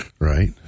Right